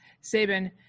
Sabin